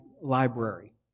library